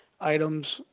items